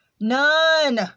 none